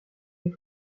est